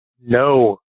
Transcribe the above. No